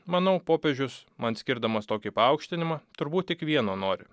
manau popiežius man skirdamas tokį paaukštinimą turbūt tik vieno nori